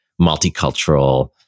multicultural